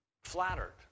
Flattered